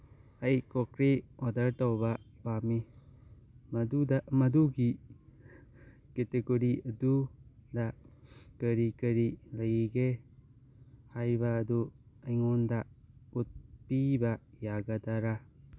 ꯑꯩ crockery order ꯇꯧꯕ ꯄꯥꯝꯃꯤ ꯃꯗꯨꯒꯤ ꯀꯦꯇꯦꯒꯣꯔꯤ ꯑꯗꯨꯗ ꯀꯔꯤ ꯀꯔꯤ ꯂꯩꯒꯦ ꯍꯥꯏꯕ ꯑꯗꯨ ꯑꯩꯉꯣꯟꯗ ꯎꯠꯄꯤꯕ ꯌꯥꯒꯗꯔꯥ